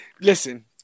listen